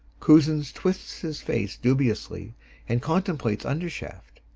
cusins twists his face dubiously and contemplates undershaft.